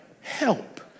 help